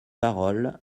parole